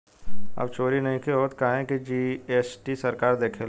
अब चोरी नइखे होत काहे की जी.एस.टी सरकार देखेले